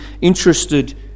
interested